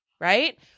right